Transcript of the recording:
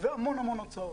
והמון המון הוצאות,